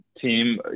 team